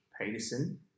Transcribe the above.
Peterson